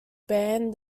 banned